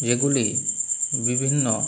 যেগুলি বিভিন্ন